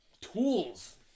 tools